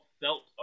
felt